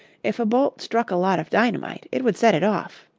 if a bolt struck a lot of dynamite it would set it off.